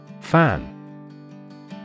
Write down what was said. Fan